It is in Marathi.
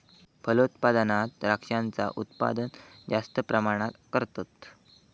फलोत्पादनात द्रांक्षांचा उत्पादन जास्त प्रमाणात करतत